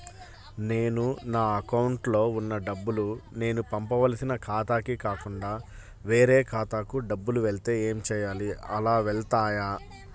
నేను నా అకౌంట్లో వున్న డబ్బులు నేను పంపవలసిన ఖాతాకి కాకుండా వేరే ఖాతాకు డబ్బులు వెళ్తే ఏంచేయాలి? అలా వెళ్తాయా?